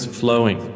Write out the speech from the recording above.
flowing